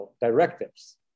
directives